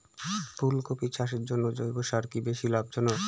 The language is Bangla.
ফুলকপি চাষের জন্য জৈব সার কি বেশী লাভজনক?